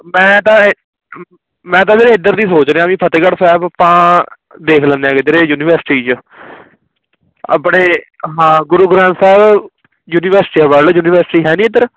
ਮੈਂ ਤਾਂ ਮੈਂ ਤਾਂ ਵੀਰੇ ਇੱਧਰ ਦੀ ਸੋਚ ਰਿਹਾ ਵੀ ਫਤਿਹਗੜ੍ਹ ਸਾਹਿਬ ਆਪਾਂ ਦੇਖ ਲੈਂਨੇ ਆ ਕਿਧਰੇ ਯੂਨੀਵਰਸਿਟੀ 'ਚ ਆਪਣੇ ਹਾਂ Guru Granth Sahib university world university ਹੈ ਨਹੀਂ ਇੱਧਰ